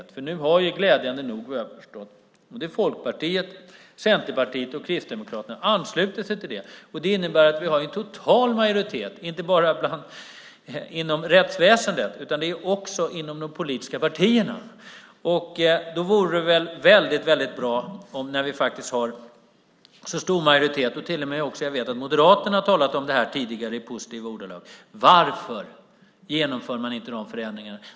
Vad jag har förstått har nu glädjande nog Folkpartiet, Centerpartiet och Kristdemokraterna anslutit sig till det. Det innebär att vi har en total majoritet, inte bara inom rättsväsendet utan också inom de politiska partierna. När vi faktiskt har en så stor majoritet - jag vet att till och med Moderaterna har talat om detta tidigare i positiva ordalag - vore väl detta väldigt bra. Varför genomför man inte dessa förändringar?